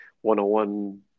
one-on-one